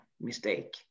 mistake